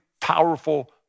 powerful